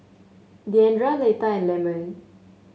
Deandra Leitha and Lemon